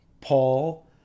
Paul